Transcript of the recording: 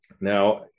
Now